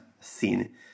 seen